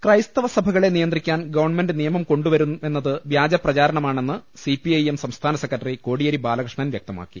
ക്രൈസ്തവ സഭകള നിയന്ത്രിക്കാൻ ഗവു നിയമം കൊണ്ടു വരുമെന്നത് വ്യാജ പ്രചാരണമാണെന്ന് സിപിഐഎം സംസ്ഥാന സെക്രട്ടറി കോടിയേരി ബാലകൃഷ്ണൻ വ്യക്തമാക്കി